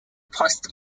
fast